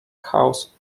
house